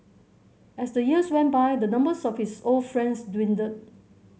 as the years went by the numbers of his old friends dwindled